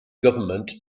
government